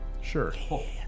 Sure